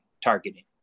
targeting